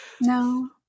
No